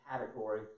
category